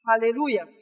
Hallelujah